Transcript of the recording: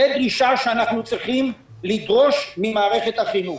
זו גישה שאנחנו צריכים לדרוש ממערכת החינוך.